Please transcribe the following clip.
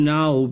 now